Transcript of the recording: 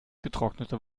getrocknete